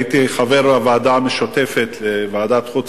הייתי חבר הוועדה המשותפת של ועדת החוץ